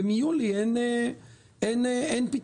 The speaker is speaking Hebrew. ומיולי אין פתרון.